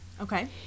Okay